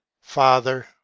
father